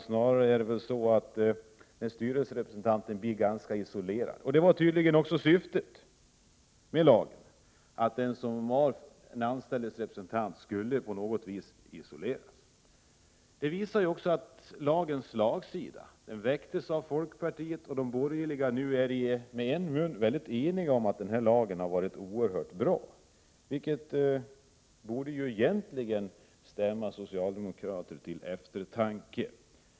Snarare är det så att styrelserepresentanten blir ganska isolerad, och det var tydligen också syftet med lagen — att de anställdas representant på något sätt skulle isoleras. Detta visar också lagens slagsida. Förslaget väcktes av folkpartiet och de borgerliga. Nu är ni med en mun mycket eniga om att lagen har varit bra. Det borde egentligen stämma socialdemokraterna till eftertanke.